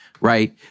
right